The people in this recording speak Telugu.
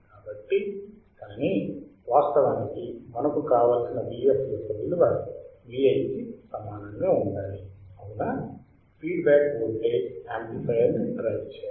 కాబట్టి కానీ వాస్తవానికి మనకు కావలసిన Vf యొక్క విలువ Vi కి సమానంగా ఉండాలి అవునా ఫీడ్ బ్యాక్ వోల్టేజ్ యాంప్లిఫైయర్ ని డ్రైవ్ చేయాలి